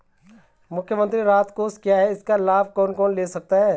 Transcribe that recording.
मुख्यमंत्री राहत कोष क्या है इसका लाभ कौन कौन ले सकता है?